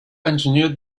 engineered